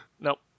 Nope